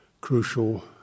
crucial